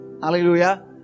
Hallelujah